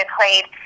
played